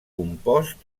compost